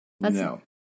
No